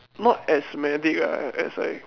not as medic ah as like